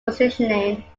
positioning